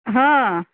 ಹಾಂ